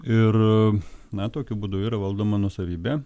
ir na tokiu būdu yra valdoma nuosavybė